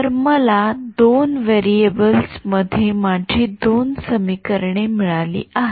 तर मला २ व्हेरिएबल्स मध्ये माझी २ समीकरणे मिळाली आहेत